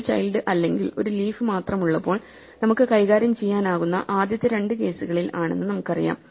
ഒരു ചൈൽഡ് അല്ലെങ്കിൽ ഒരു ലീഫ് മാത്രമുള്ളപ്പോൾ നമുക്ക് കൈകാര്യം ചെയ്യാനാകുന്ന ആദ്യത്തെ രണ്ട് കേസുകളിൽ ആണെന്ന് നമുക്കറിയാം